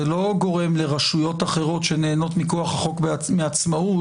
זה לא גורם לרשויות אחרות שנהנות מכוח החוק בעצמאות,